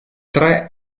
tre